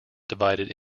divided